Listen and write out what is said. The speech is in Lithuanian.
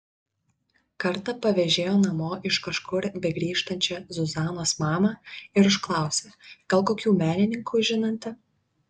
kartą pavežėjo namo iš kažkur begrįžtančią zuzanos mamą ir užklausė gal kokių menininkų žinanti